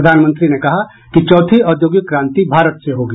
प्रधानमंत्री ने कहा कि चौथी औद्योगिक क्रांति भारत से होगी